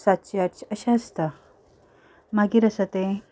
सातशीं आठशीं अशें आसता मागीर आसा तें